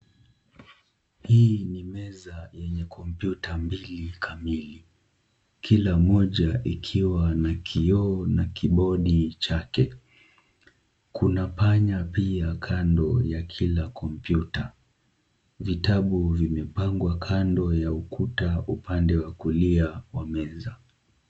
Hii ni meza yenye kompyuta mbili kamili, kila moja ikiwa na kioo na kibodi chake, kuna panya pia kando ya kila kompyuta, vitabu vimepangwa kando ya ukuta upande wakulia wa meza.